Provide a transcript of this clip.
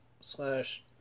slash